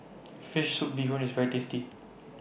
Fish Soup Bee Hoon IS very tasty